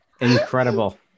Incredible